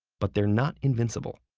but they're not invincible.